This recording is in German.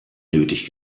nötig